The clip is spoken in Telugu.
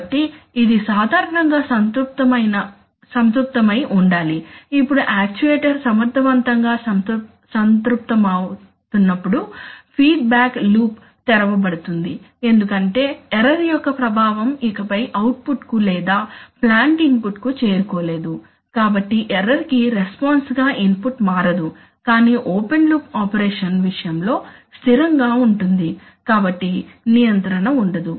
కాబట్టి ఇది సాధారణంగా సంతృప్తమై ఉండాలి ఇప్పుడు యాక్యుయేటర్ సమర్థవంతంగా సంతృప్తమవుతున్నప్పుడు ఫీడ్బ్యాక్ లూప్ తెరవబడుతుంది ఎందుకంటే ఎర్రర్ యొక్క ప్రభావం ఇకపై అవుట్పుట్కు లేదా ప్లాంట్ ఇన్పుట్కు చేరుకోలేదు కాబట్టి ఎర్రర్ కి రెస్పాన్స్ గా ఇన్పుట్ మారదు కానీ ఓపెన్ లూప్ ఆపరేషన్ విషయంలో స్థిరంగా ఉంటుంది కాబట్టి నియంత్రణ ఉండదు